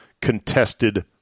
contested